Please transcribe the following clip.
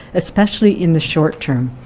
especially in the short term.